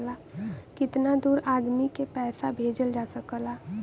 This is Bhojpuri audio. कितना दूर आदमी के पैसा भेजल जा सकला?